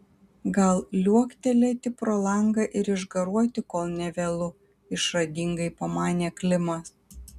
gal liuoktelėti pro langą ir išgaruoti kol ne vėlu išradingai pamanė klimas